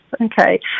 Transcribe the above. Okay